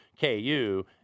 KU